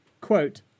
quote